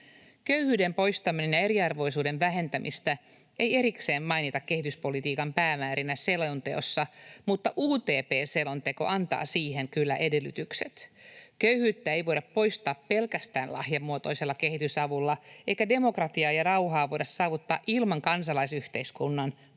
Köyhyyden poistamista ja eriarvoisuuden vähentämistä ei erikseen mainita kehityspolitiikan päämäärinä selonteossa, mutta UTP-selonteko antaa siihen kyllä edellytykset. Köyhyyttä ei voida poistaa pelkästään lahjamuotoisella kehitysavulla, eikä demokratiaa ja rauhaa voida saavuttaa ilman kansalaisyhteiskunnan